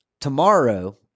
tomorrow